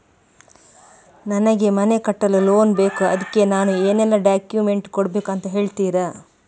ನನಗೆ ಮನೆ ಕಟ್ಟಲು ಲೋನ್ ಬೇಕು ಅದ್ಕೆ ನಾನು ಏನೆಲ್ಲ ಡಾಕ್ಯುಮೆಂಟ್ ಕೊಡ್ಬೇಕು ಅಂತ ಹೇಳ್ತೀರಾ?